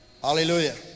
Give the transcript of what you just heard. hallelujah